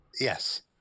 Yes